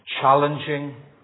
challenging